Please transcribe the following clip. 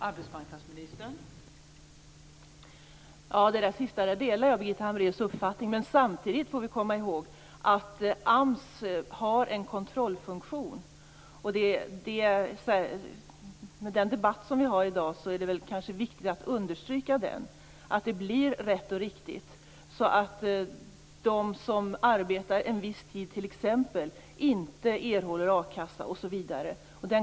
Fru talman! I det sista delar jag Birgitta Hambraeus uppfattning. Samtidigt får vi dock komma ihåg att AMS har en kontrollfunktion. Med den debatt vi har i dag är det kanske viktigt att understryka den. Man skall se till att det blir rätt och riktigt, att de som arbetar en viss tid inte erhåller a-kassa osv.